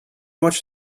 much